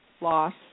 loss